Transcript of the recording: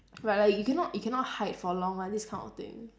right like you cannot you cannot hide for long [one] this kind of thing